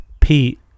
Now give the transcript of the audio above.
Pete